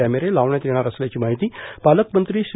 कॅमेरे लावण्यात येणार असल्याची माहिती पालकमंत्री श्री